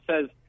says